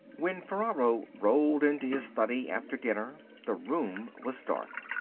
when ferraro rolled into his study after dinner the room was dark.